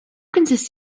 consists